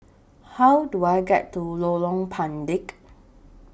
How Do I get to Lorong Pendek